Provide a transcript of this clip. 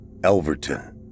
Elverton